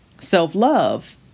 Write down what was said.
Self-love